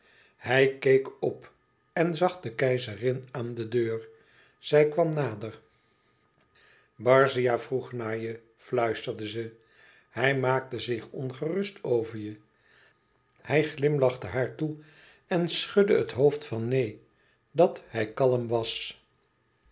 hij keek op en zag de keizerin aan de deur zij kwam nader barzia vroeg naar je fluisterde ze hij maakte zich ongerust over je hij glimlachte haar toe en schudde het hoofd van neen dat hij kalm was